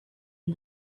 him